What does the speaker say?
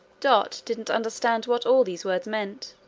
dot didn't understand what all these words meant,